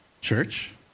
Church